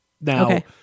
Now